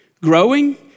growing